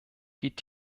geht